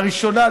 לראשונה,